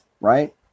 right